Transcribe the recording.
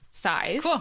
size